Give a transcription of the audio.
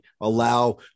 allow